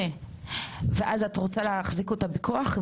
ואז את רוצה להחזיק אותה בכוח?